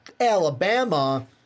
Alabama